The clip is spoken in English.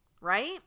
right